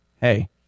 hey